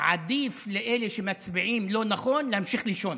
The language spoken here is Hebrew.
עדיף לאלה שמצביעים לא נכון להמשיך לישון.